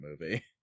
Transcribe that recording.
movie